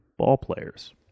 ballplayers